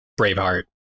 Braveheart